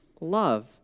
love